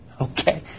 Okay